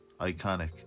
iconic